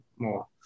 More